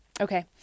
Okay